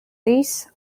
this